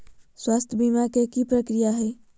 स्वास्थ बीमा के की प्रक्रिया है?